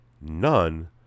none